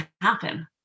happen